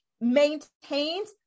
maintains